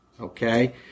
Okay